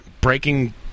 breaking